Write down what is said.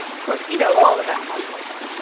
of course you know all about hogwarts.